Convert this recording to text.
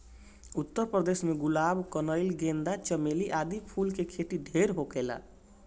उत्तर प्रदेश में गुलाब, कनइल, गेंदा, चमेली आदि फूल के खेती ढेर होखेला